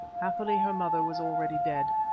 happily her mother was already dead.